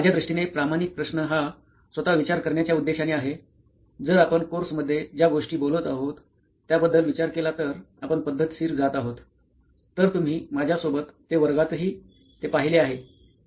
माझ्या दृष्टीने प्रामाणिक प्रश्न हा स्वतः विचार करण्याच्या उद्देशाने आहे जर आपण कोर्समध्ये ज्या गोष्टी बोलत आहोत त्याबद्दल विचार केला तर आपण पद्धतशीर जात आहोत तर तुम्ही माझ्या सोबत ते वर्गातही ते पाहिले आहे